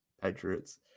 Patriots